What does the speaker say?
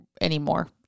anymore